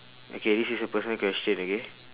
okay this is a personal question okay